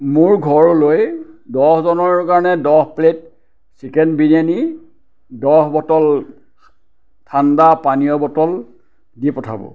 মোৰ ঘৰলৈ দহজনৰ কাৰণে দহ প্লেট চিকেন বিৰিয়ানী দহ বটল ঠাণ্ডা পানীয় বটল দি পঠাব